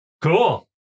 Cool